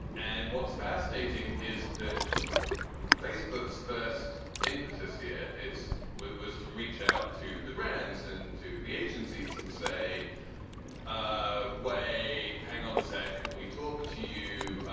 and what's fascinating is that facebook first impetus here, it's was to reach out to the brands and to the agencies and say ah way. hang on a sec. can we talk to you?